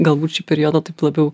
galbūt šiuo periodu taip labiau